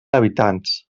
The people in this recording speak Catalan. habitants